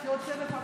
יש לי עוד הסבב הבא,